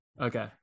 Okay